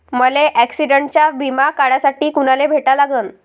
मले ॲक्सिडंटचा बिमा काढासाठी कुनाले भेटा लागन?